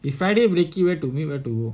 the friday blackie went to meet where to go